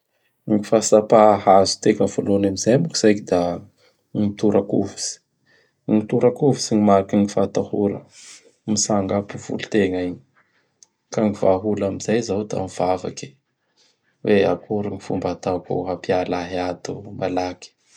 Gn fahatsapa azotefa voaloany am zay moa k zay k da gny tora-kovitsy. Gny tora-kovitsy gny mariky gny fahatahora, mitsanga aby i volotegna iny. Ka gny vahaola am zay zao da mivavaky hoe akory gny fomba ataoko hampiala ahy ato malaky.